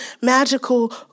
magical